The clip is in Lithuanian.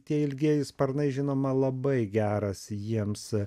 tie ilgieji sparnai žinoma labai geras jiems